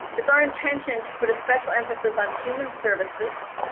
it's our intention to put a special emphasis on human services,